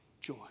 Joy